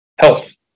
health